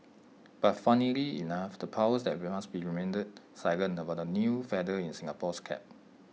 but funnily enough the powers that be remained silent about the new feather in Singapore's cap